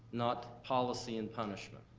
not policy and punishment.